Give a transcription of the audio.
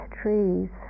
trees